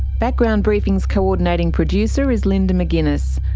background briefing's co-ordinating producer is linda mcginness,